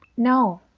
no,